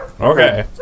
Okay